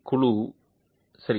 C இசைக்குழு சரி